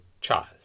child